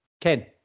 Ken